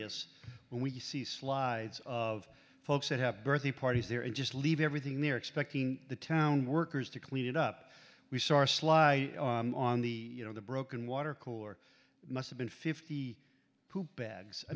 ears when we see slides of folks that have birthday parties there and just leave everything they're expecting the town workers to clean it up we saw our sly on the you know the broken water cooler must have been fifty two bags i